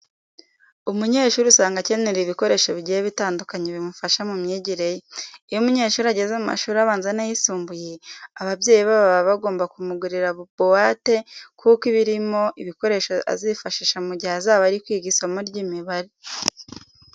Umunyeshuri usanga akenera ibikoresho bigiye bitandukanye bimufasha mu myigire ye. Iyo umunyeshuri ageze mu mashuri abanza n'ayisumbuye, ababyeyi be baba bagomba kumugurira buwate kuko iba irimo ibikoresho azifashisha mu gihe azaba ari kwiga isomo ry'imibare.